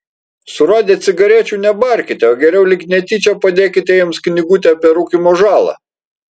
suradę cigarečių nebarkite o geriau lyg netyčia padėkite jiems knygutę apie rūkymo žalą